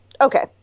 okay